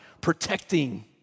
protecting